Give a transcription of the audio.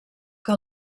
que